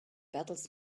battles